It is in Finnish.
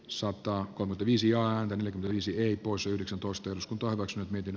sota on viisi ja olisi eepos yhdeksäntoista jos kaivos nyt miten